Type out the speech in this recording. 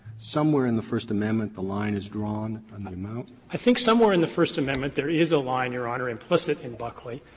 somewhere in the first amendment the line is drawn on the amount? phillips i think somewhere in the first amendment there is a line, your honor, implicit in buckley,